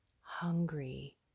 hungry